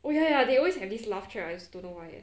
oh ya ya they always have this laughter I just don't know why leh